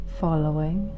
following